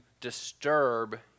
disturb